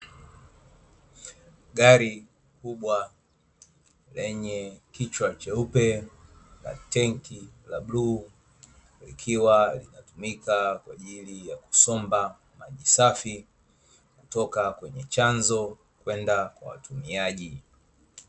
Gari kubwa lenye kichwa cheupe, tenki la bluu likiwa linatumika kwa ajili ya kusomba maji safi kutoka kwenye chanzo kwenda kwa watumiaji.